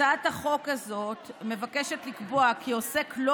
הצעת החוק הזאת מבקשת לקבוע כי עוסק לא